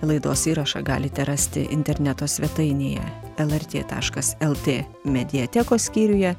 laidos įrašą galite rasti interneto svetainėje lrt taškas lt mediatekos skyriuje